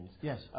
Yes